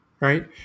Right